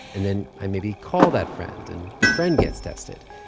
and then i maybe call that friend, and the friend gets tested.